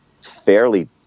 fairly